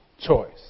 choice